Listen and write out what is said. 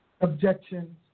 objections